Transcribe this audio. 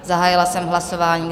Zahájila jsem hlasování.